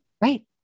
Right